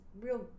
real